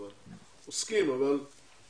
הם עוסקים, אבל כנראה